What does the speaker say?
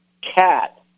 cat